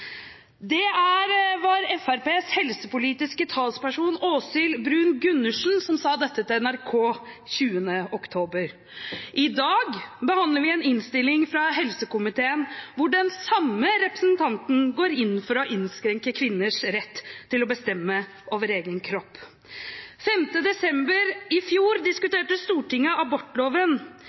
ord. Det var Fremskrittspartiets helsepolitiske talsperson Åshild Bruun-Gundersen som sa dette til NRK 20. oktober i fjor. I dag behandler vi en innstilling fra helsekomiteen hvor den samme representanten går inn for å innskrenke kvinners rett til å bestemme over egen kropp. Den 5. desember i fjor diskuterte Stortinget abortloven.